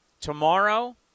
tomorrow